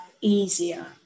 easier